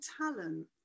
talent